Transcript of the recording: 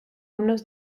unos